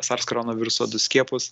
sars koronoviruso du skiepus